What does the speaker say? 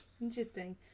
Interesting